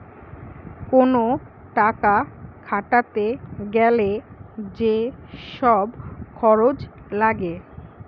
কোন টাকা খাটাতে গ্যালে যে সব খরচ লাগে